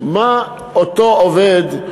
מה אותו עובד,